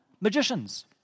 magicians